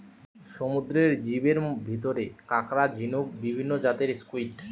সমুদ্রের জীবের ভিতরে কাকড়া, ঝিনুক, বিভিন্ন জাতের স্কুইড,